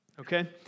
Okay